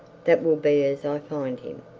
that will be as i find him.